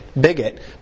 bigot